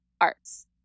Arts